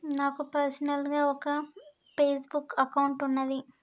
నాకు పర్సనల్ గా ఒక ఫేస్ బుక్ అకౌంట్ వున్నాది